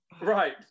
Right